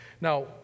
Now